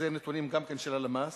וגם זה נתונים של הלמ"ס,